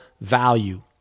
value